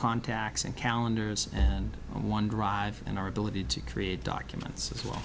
contacts and calendars and one drive and our ability to create documents as well